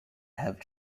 have